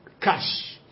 cash